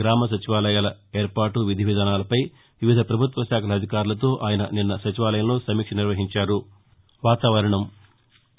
గ్రామ సచివాలయాల ఏర్పాటు విధి విధానాలపై వివిధ పభుత్వ శాఖల అధికారులతో ఆయన నిన్న సచివాలయంలో సమీక్ష నిర్వహించారు